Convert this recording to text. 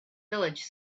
village